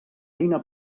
eina